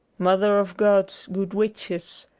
mother of god's good witches,